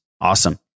Awesome